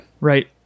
right